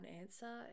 answer